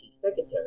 secretary